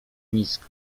nisko